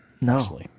No